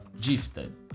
gifted